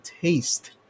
taste